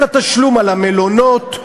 את התשלום על המלונות.